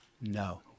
no